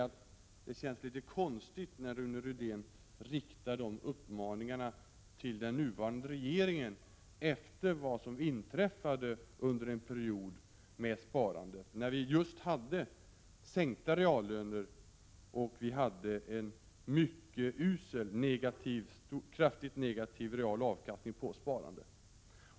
Men det känns litet konstigt när Rune Rydén riktar de uppmaningarna till den nuvarande regeringen, mot bakgrund av vad som inträffade under en period med sparande när vi just hade sänkta reallöner och hade en mycket usel realavkastning på sparandet.